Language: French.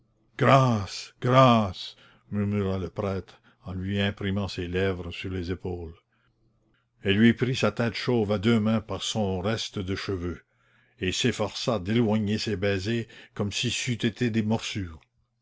grâce grâce murmura le prêtre en lui imprimant ses lèvres sur les épaules elle lui prit sa tête chauve à deux mains par son reste de cheveux et s'efforça d'éloigner ses baisers comme si c'eût été des morsures